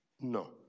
no